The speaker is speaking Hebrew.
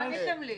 לא עניתם לי.